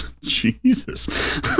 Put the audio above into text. Jesus